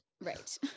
Right